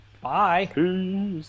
Bye